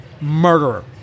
Murderer